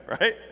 right